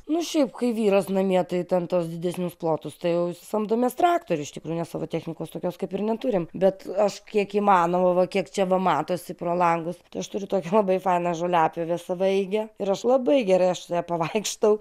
nu šiaip kai vyras namie tai ten tuos didesnius plotus tai jau samdomės traktorių iš tikrųjų savo technikos tokios kaip ir neturim bet aš kiek įmanoma va kiek čia va matosi pro langus aš turiu tokią labai fainą žoliapjovę savaeigę ir aš labai gerai aš pavaikštau